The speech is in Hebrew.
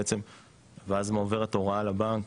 ואז עוברת הוראה לבנק,